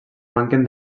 manquen